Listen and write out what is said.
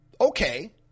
Okay